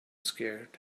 scared